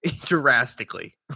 drastically